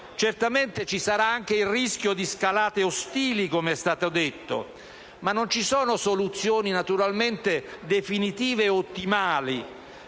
sicuramente ci sarà anche il rischio di scalate ostili, com'è stato detto, ma non ci sono soluzioni definitive e ottimali.